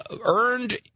earned